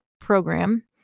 program